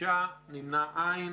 הצבעה בעד, 4 נגד, 5 לא אושרה.